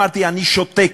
אמרתי: אני שותק.